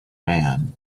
man